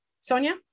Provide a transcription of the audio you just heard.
Sonia